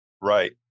right